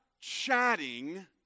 chatting